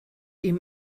ihm